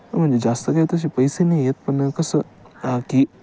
म्हणजे जास्त काय तसे पैसे नाही आहेत पण कसं की